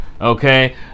okay